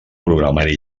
programari